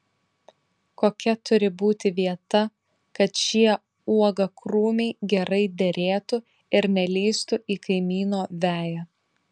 kokia turi būti vieta kad šie uogakrūmiai gerai derėtų ir nelįstų į kaimyno veją